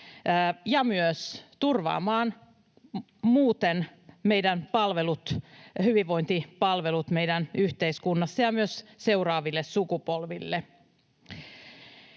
ja myös turvaamaan muuten meidän hyvinvointipalvelut meidän yhteiskunnassa, myös seuraaville sukupolville.